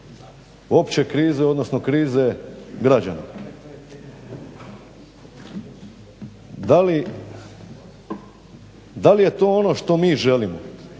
opće krize, odnosno krize građana. Da li je to ono što mi želimo?